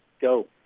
Go